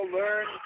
learn